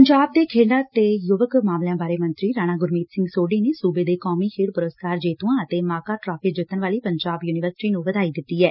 ਪੰਜਾਬ ਦੇ ਖੇਡਾਂ ਤੇ ਯੁਵਕ ਮਾਮਲਿਆਂ ਬਾਰੇ ਮੰਤਰੀ ਰਾਣਾ ਗੁਰਮੀਤ ਸਿੰਘ ਸੋਢੀ ਨੇ ਸੁਬੇ ਦੇ ਕੌਮੀ ਖੇਡ ਪੁਰਸਕਾਰ ਜੇਤੁਆਂ ਅਤੇ ਮਾਕਾ ਟਰਾਛੀ ਜਿੱਤਣ ਵਾਲੀ ਪੰਜਾਬ ਯੁਨੀਵਰਸਿਟੀ ਨੂੰ ਵਧਾਈ ਦਿੱਤੀ ਐ